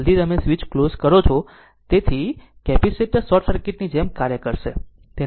જલદી તમે switch close કરો છો તે તેથી કેપેસિટર શોર્ટ સર્કિટ ની જેમ કાર્ય કરે છે